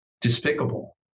despicable